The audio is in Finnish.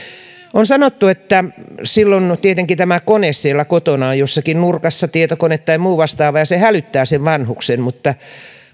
on sanottu että silloin on tietenkin tämä kone siellä kotona jossakin nurkassa tietokone tai muu vastaava ja se hälyttää vanhuksen mutta